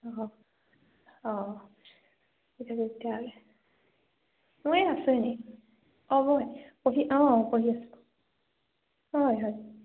অঁ অঁ মই এই আছোঁ এনেই অঁ মই পহি অঁ অঁ পঢ়ি আছোঁ অঁ হয় হয়